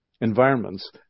environments